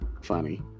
Funny